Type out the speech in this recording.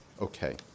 Okay